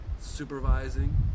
supervising